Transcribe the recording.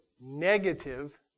negative